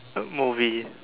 movie